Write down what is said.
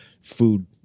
food